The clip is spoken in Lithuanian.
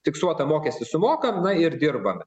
fiksuotą mokestį sumokam na ir dirbame